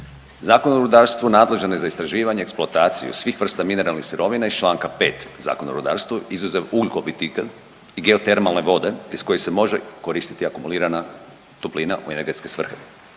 Zakon o rudarstvu nadležan je za istraživanje i eksploataciju svih vrsta mineralnih sirovina iz Članka 5. Zakona o rudarstva izuzev ugljiko …/Govornik se ne razumije./… i geotermalne vode iz koje se može koristiti akumulirana toplina u energetske svrhe.